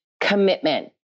commitment